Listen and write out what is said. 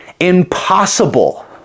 impossible